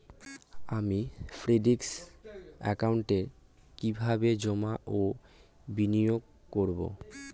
আমি ফিক্সড একাউন্টে কি কিভাবে জমা ও বিনিয়োগ করব?